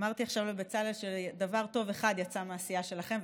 אמרתי עכשיו לבצלאל שדבר טוב אחד יצא מהסיעה שלכם,